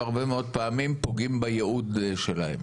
שהרבה פעמים פוגעים בייעוד שלהם.